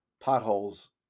potholes